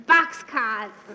Boxcars